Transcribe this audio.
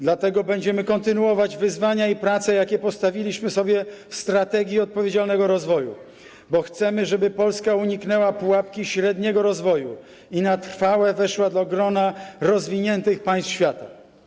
Dlatego będziemy kontynuować wyzwania i plany, jakie postawiliśmy sobie w „Strategii na rzecz odpowiedzialnego rozwoju”, bo chcemy, żeby Polska uniknęła pułapki średniego rozwoju i na trwałe weszła do grona rozwiniętych państw świata.